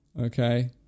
Okay